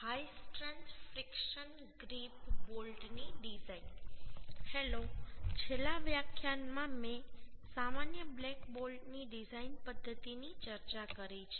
hello છેલ્લા વ્યાખ્યાનમાં મેં સામાન્ય બ્લેક બોલ્ટની ડિઝાઇન પદ્ધતિની ચર્ચા કરી છે